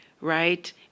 right